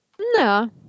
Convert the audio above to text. No